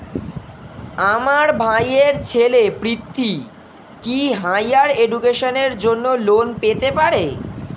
আমার ভাইয়ের ছেলে পৃথ্বী, কি হাইয়ার এডুকেশনের জন্য লোন পেতে পারে?